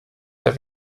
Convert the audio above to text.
der